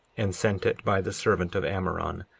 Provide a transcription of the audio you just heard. and sent it by the servant of ammoron,